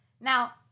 Now